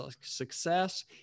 success